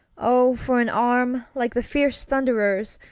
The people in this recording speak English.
o for an arm like the fierce thunderer's,